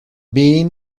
been